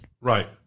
Right